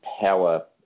power